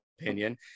opinion